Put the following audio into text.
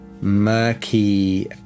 murky